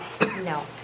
No